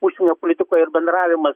užsienio politikoje ir bendravimas